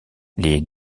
les